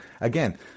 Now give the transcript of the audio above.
again